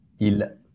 il